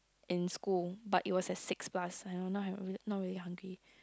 in school but it was at six plus I don't know not really hungry